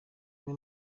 umwe